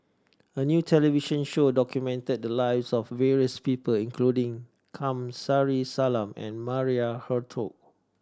a new television show documented the lives of various people including Kamsari Salam and Maria Hertogh